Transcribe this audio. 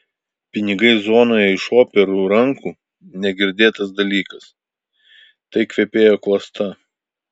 pinigai zonoje iš operų rankų negirdėtas dalykas tai kvepėjo klasta